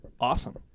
awesome